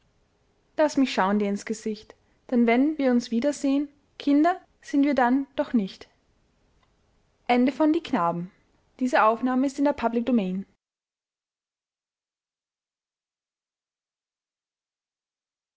laß mich schau'n dir ins gesicht denn wenn wir uns wiederseh'n kinder sind wir dann doch nicht